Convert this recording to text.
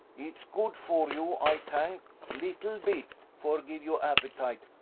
it's good for you. ay tank little bit for give you appetite.